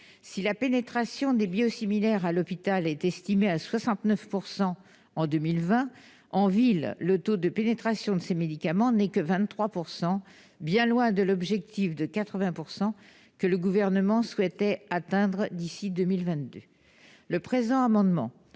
Si la pénétration des biosimilaires à l'hôpital est estimée à 69 % en 2020, en médecine de ville, le taux de pénétration de ces médicaments n'est que de 23 %, bien loin de l'objectif de 80 % que le Gouvernement souhaitait atteindre d'ici 2022. Le présent amendement